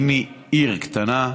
עיר קטנה,